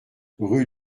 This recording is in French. rue